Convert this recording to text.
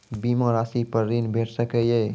बीमा रासि पर ॠण भेट सकै ये?